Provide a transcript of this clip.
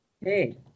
Hey